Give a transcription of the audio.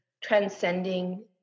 transcending